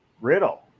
Riddle